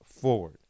forward